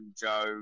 Joe